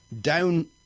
down